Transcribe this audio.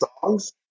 songs